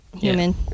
human